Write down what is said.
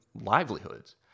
livelihoods